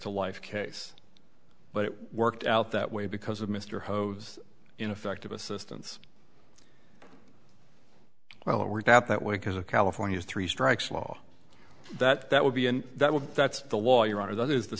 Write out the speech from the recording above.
to life case but it worked out that way because of mr hodes ineffective assistance well it worked out that way because of california's three strikes law that that would be and that would be that's the law your honor that is the